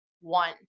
one